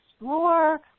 explore